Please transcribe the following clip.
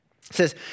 says